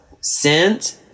sent